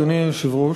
אדוני היושב-ראש,